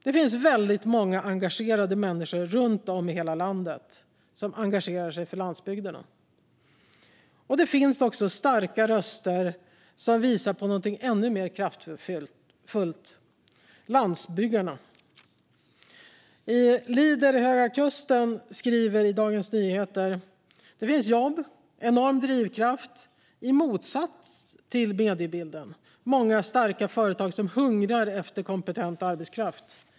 Det finns väldigt många människor runt om i hela landet som engagerar sig för landsbygden. Det finns också starka röster som visar på något ännu mer kraftfullt: landsbyggarna. Leader Höga Kusten skriver i Dagens Nyheter: "Det finns jobb, en enorm drivkraft och - i motsats till mediebilden - många starka företag som hungrar efter kompetent arbetskraft.